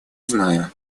знаю